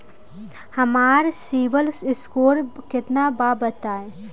हमार सीबील स्कोर केतना बा बताईं?